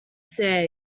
say